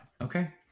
Okay